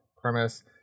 Premise